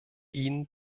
ihnen